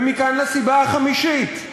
ומכאן לסיבה החמישית,